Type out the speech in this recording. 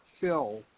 fill